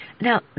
Now